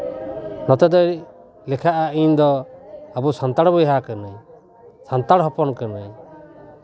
ᱱᱚᱛᱮᱫᱚᱭ ᱞᱮᱠᱷᱟᱜᱼᱟ ᱤᱧ ᱫᱚ ᱟᱵᱚ ᱥᱟᱱᱛᱟᱲ ᱵᱚᱭᱦᱟ ᱠᱟᱹᱱᱟᱹᱧ ᱥᱟᱱᱛᱟᱲ ᱦᱚᱯᱚᱱ ᱠᱟᱹᱱᱟᱹᱧ